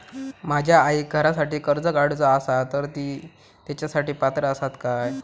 माझ्या आईक घरासाठी कर्ज काढूचा असा तर ती तेच्यासाठी पात्र असात काय?